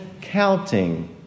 counting